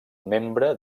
membre